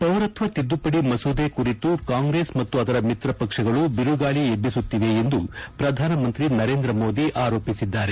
ಪೌರತ್ವ ತಿದ್ದುಪಡಿ ಮಸೂದೆ ಕುರಿತು ಕಾಂಗ್ರೆಸ್ ಮತ್ತು ಅದರ ಮಿತ್ರಪಕ್ಷಗಳು ಬಿರುಗಾಳಿ ಎಬ್ಲಿಸುತ್ತಿದೆ ಎಂದು ಪ್ರಧಾನಮಂತ್ರಿ ನರೇಂದ್ರ ಮೋದಿ ಆರೋಪಿಸಿದ್ಗಾರೆ